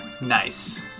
Nice